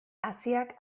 haziak